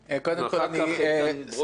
אחר כך ברושי,